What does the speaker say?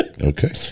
okay